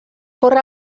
corre